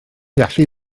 gallu